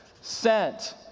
Sent